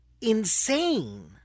insane